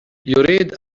يريد